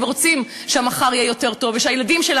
ורוצים שהמחר יהיה יותר טוב